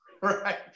Right